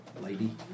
lady